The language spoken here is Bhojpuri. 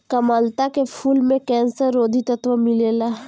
कामलता के फूल में कैंसर रोधी तत्व मिलेला